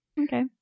Okay